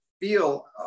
feel